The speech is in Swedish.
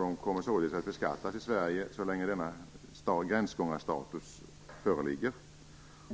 De kommer således att beskattas i Sverige så länge denna gränsgångarstatus föreligger.